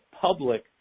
public